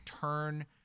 turn